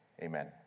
Amen